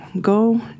go